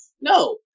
No